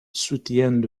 soutiennent